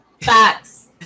Facts